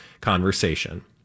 conversation